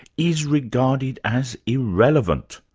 is regarded as irrelevant.